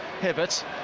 Hibbert